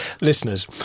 Listeners